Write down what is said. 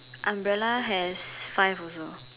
umbrellas has five also